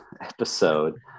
episode